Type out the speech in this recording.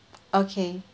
okay